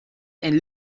and